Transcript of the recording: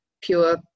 pure